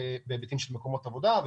בהיבטים של מקומות עבודה,